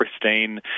pristine